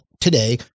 today